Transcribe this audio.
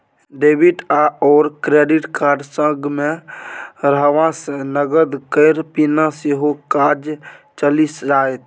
debit आओर credit card संगमे रहबासँ नगद केर बिना सेहो काज चलि जाएत